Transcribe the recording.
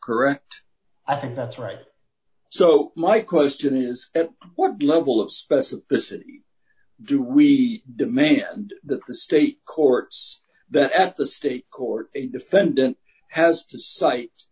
correct i think that's right so my question is what global of specificity do we demand that the state courts that at the state court a defendant has to cite